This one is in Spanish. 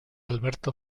alberto